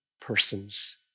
persons